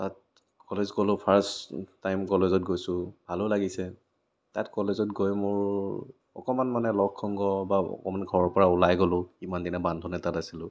তাত কলেজ গ'লো first time কলেজত গৈছোঁ ভালো লাগিছে তাত কলেজত গৈ মোৰ অকণমান মানে লগ সংগ বা অকণমান ঘৰৰপৰা ওলাই গ'লোঁ ইমান দিনে বান্ধোন এটাত আছিলোঁ